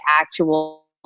actual